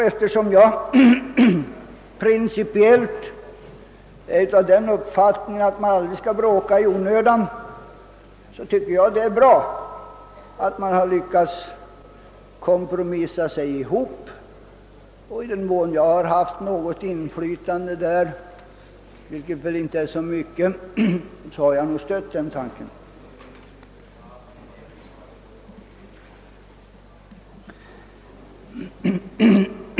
Eftersom jag principiellt har den uppfattningen, att man aldrig bör bråka i onödan, tycker jag det är bra att man har lyckats kompromissa, och i den mån jag kan ha haft något inflytande därvidlag — vilket väl i så fall inte varit särskilt mycket — har jag understött den tanken.